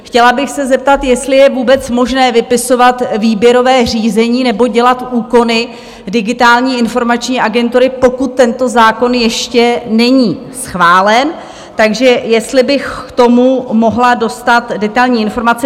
Chtěla bych se zeptat, jestli je vůbec možné vypisovat výběrové řízení nebo dělat úkony Digitální informační agentury, pokud tento zákon ještě není schválen, takže jestli bych k tomu mohla dostat detailní informace?